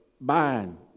buying